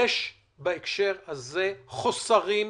בהקשר הזה יש חוסרים עצומים.